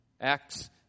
Acts